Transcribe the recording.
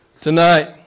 tonight